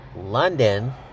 London